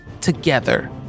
Together